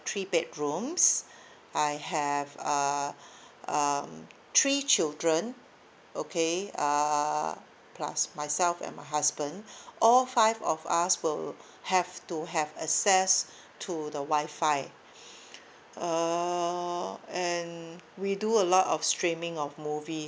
three bedrooms I have uh um three children okay uh plus myself and my husband all five of us will have to have access to the Wi-Fi uh and we do a lot of streaming of movies